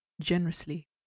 generously